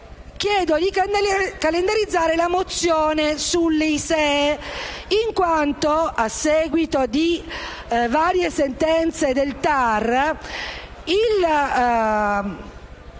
chiedo di calendarizzare la mozione sull'ISEE, in quanto, a seguito di varie sentenze del TAR,